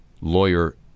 lawyer